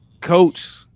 coach